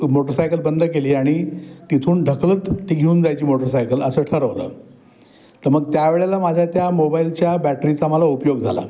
motorcycle बंद केली आणि तिथून ढकलत ती घेऊन जायची मोटरसायकल असं ठरवलं तर मग त्या वेळेला माझ्या त्या मोबाईलच्या बॅटरीचा मला उपयोग झाला